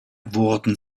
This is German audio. wurden